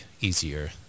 easier